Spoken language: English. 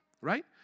right